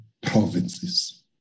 provinces